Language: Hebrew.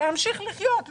להמשיך לחיות,